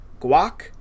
guac